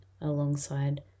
alongside